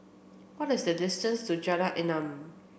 what is the distance to Jalan Enam